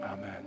Amen